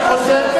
אני חוזר,